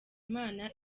imana